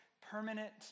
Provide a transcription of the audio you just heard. permanent